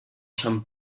sant